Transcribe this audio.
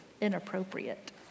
inappropriate